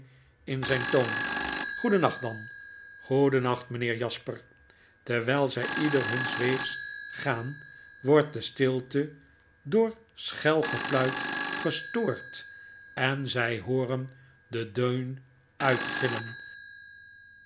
in zijn toon goedennacht dan goedennacht meneer jasper terwyl zy ieder huns weegs gaan wordt de stilte door schel gefluit gestoord en zy hooren den deun uitgillen